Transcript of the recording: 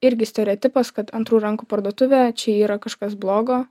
irgi stereotipas kad antrų rankų parduotuvė čia yra kažkas blogo